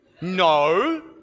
No